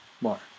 More